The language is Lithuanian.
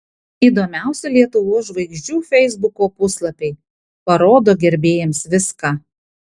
įdomiausi lietuvos žvaigždžių feisbuko puslapiai parodo gerbėjams viską